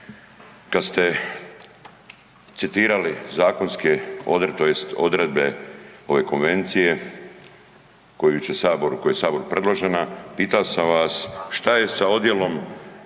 kad ste citirali zakonske odredbe, tj. odredbe ove konvencije koja je Saboru predložena, pitao sam vas šta je sa odjelom